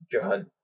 God